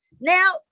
Now